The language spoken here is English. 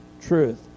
truth